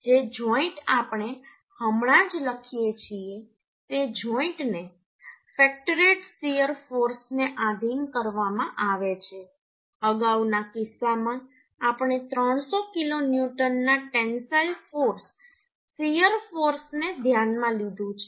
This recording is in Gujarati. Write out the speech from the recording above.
જે જોઈન્ટ આપણે હમણાં જ લખીએ છીએ તે જોઈન્ટને ફેક્ટરેડ શીયર ફોર્સને આધિન કરવામાં આવે છે અગાઉના કિસ્સામાં આપણે 300 કિલોન્યુટનના ટેન્સાઈલ ફોર્સ શીયર ફોર્સને ધ્યાનમાં લીધું છે